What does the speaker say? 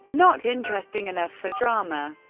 not interesting enough for drama.